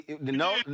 No